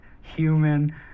human